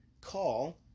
call